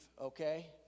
okay